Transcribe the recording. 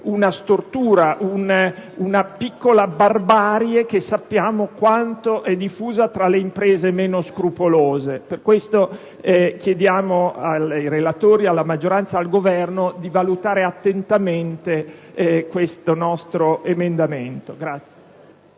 di eliminare una piccola barbarie che sappiamo quanto sia diffusa tra le imprese meno scrupolose. Per questo motivo, chiediamo ai relatori, alla maggioranza e al Governo di valutare attentamente questo nostro emendamento.